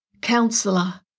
Counselor